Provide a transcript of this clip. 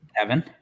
Evan